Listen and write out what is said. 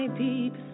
deep